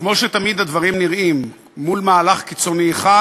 כמו שתמיד הדברים נראים, מול מהלך קיצוני אחד